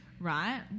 right